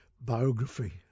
biography